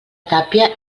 tàpia